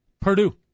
Purdue